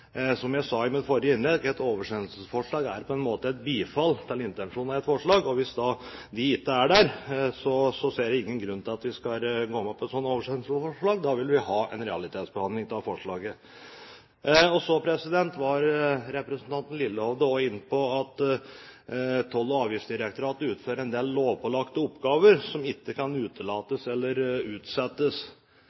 Som jeg sa i mitt forrige innlegg: et oversendelsesforslag er på en måte et bifall til intensjonene i et forslag. Hvis de intensjonene ikke er der, ser jeg ingen grunn til at vi skal gå med på å omgjøre det til et oversendelsesforslag. Da vil vi ha en realitetsbehandling av forslaget. Så var representanten Lillehovde også inne på at Toll- og avgiftsdirektoratet utfører en del lovpålagte oppgaver som ikke kan utelates eller utsettes.